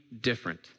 different